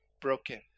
broken